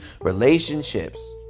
Relationships